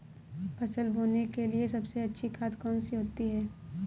फसल बोने के लिए सबसे अच्छी खाद कौन सी होती है?